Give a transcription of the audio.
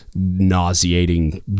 nauseating